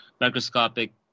microscopic